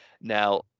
Now